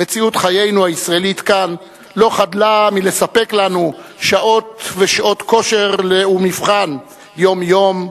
מציאות חיינו הישראלית כאן לא חדלה מלספק לנו שעות כושר ומבחן יום-יום,